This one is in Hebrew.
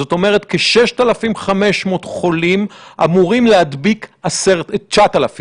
זאת אומרת, כ-6,500 חולים אמורים להדביק 9,000,